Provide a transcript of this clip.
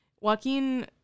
Joaquin